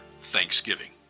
thanksgiving